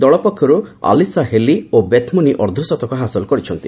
ଦଳ ପକ୍ଷରୁ Alyssa Healy ଓ ବେଥ୍ମୁନି ଅର୍ଦ୍ଧଶତକ ହାସଲ କରିଛନ୍ତି